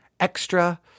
Extra